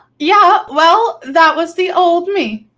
yeah, well, that was the old me.